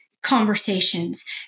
conversations